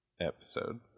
episode